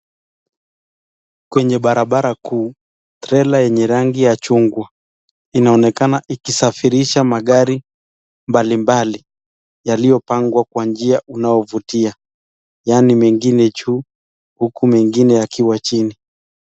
Kwenye barabara kuu, trela yenye rangi ya chungwa inaonekana ikisafirisha magari mbali mbali yaliyopangwa kwa njia unaovutia , yaani mengine juu huku mengine yakiwa chini.